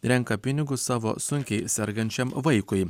renka pinigus savo sunkiai sergančiam vaikui